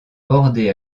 bordés